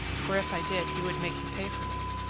for if i did he would make him pay for me.